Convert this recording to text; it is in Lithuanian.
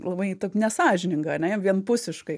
labai taip nesąžininga ane vienpusiškai